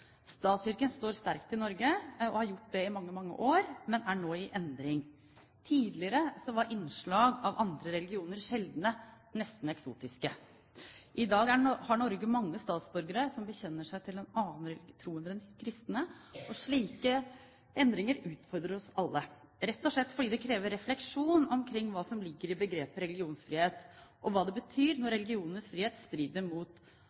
Statskirken står sterkt i Norge og har gjort det i mange, mange år, men er nå i endring. Tidligere var innslag av andre religioner sjeldne, nesten eksotiske. I dag har Norge mange statsborgere som bekjenner seg til en annen tro enn den kristne. Slike endringer utfordrer oss alle, rett og slett fordi det krever refleksjon omkring hva som ligger i begrepet «religionsfrihet», og hva det betyr når religionenes frihet strider mot